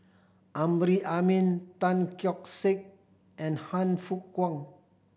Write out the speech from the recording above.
Amrin Amin Tan Keong Saik and Han Fook Kwang